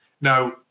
Now